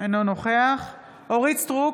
אינו נוכח אורית מלכה סטרוק,